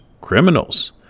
criminals